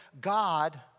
God